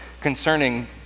concerning